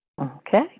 Okay